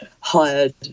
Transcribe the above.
hired